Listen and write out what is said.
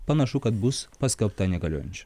panašu kad bus paskelbta negaliojančia